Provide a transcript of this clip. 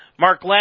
Mark